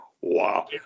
Wow